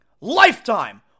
Lifetime